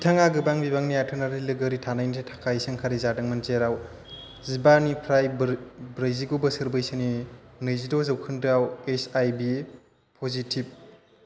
बिथाङा गोबां बिबांनि आथोनारि लोगोरि थानायनि थाखाय सोंखारि जादोंमोन जेराव जिबानिफ्राय ब्रैजिगु बोसोर बैसोनि नैजिद' जौखोन्दोआव एइचआइभि पजिटिभ